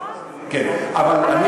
נכון, אבל אפשר.